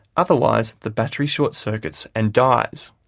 otherwise the battery short-circuits and dies.